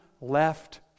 left